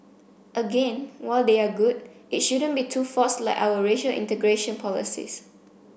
again while they are good it shouldn't be too forced like our racial integration policies